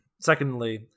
Secondly